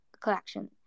collection